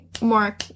more